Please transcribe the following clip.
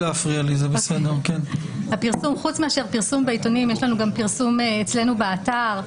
יש פרסום אצלנו באתר.